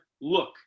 look